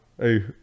hey